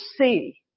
see